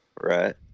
Right